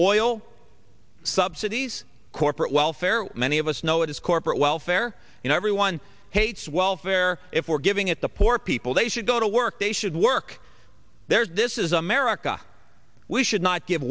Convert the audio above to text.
oil subsidies corporate welfare many of us know it is corporate welfare you know everyone hates welfare if we're giving it the poor people they should go to work they should work there is this is america we should not g